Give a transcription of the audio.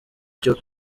cyo